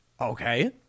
Okay